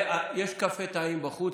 יש קפה טעים בחוץ,